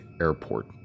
airport